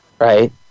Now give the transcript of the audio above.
Right